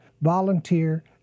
volunteer